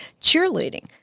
cheerleading